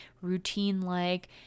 routine-like